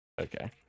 Okay